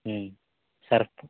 surf